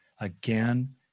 again